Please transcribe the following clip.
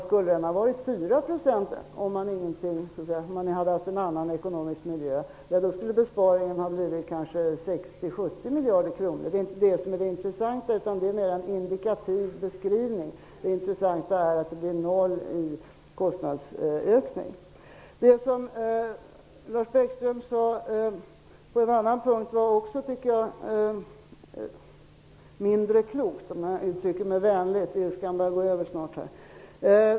Skulle den ha varit 4 % i en annan ekonomisk miljö skulle besparingen ha blivit kanske 60--70 miljarder kronor. Men det är inte det som är det intressanta, utan det är mer en indikativ beskrivning. Det intressanta är att det blir noll i kostnadsökning. Vad Lars Bäckström sade på en annan punkt var mindre klokt -- för att uttrycka det vänligt. Ilskan börjar nämligen gå över.